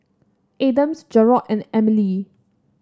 Adams Jerold and Emile